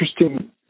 interesting